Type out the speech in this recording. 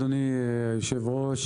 אדוני היושב-ראש,